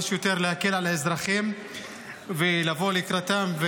שיותר להקל על האזרחים ולבוא לקראתם.